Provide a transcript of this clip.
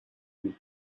you